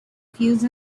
fuze